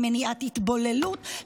למניעת התבוללות,